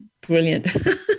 Brilliant